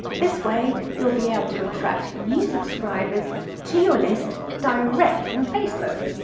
this way you'll be able to attract new subscribers to your list direct from facebook.